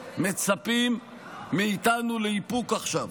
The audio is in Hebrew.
מצפים מאיתנו לאיפוק עכשיו,